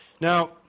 Now